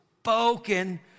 spoken